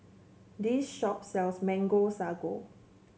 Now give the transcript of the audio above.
this shop sells Mango Sago